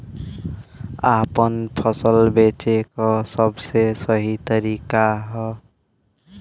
आपन फसल बेचे क सबसे सही तरीका का ह?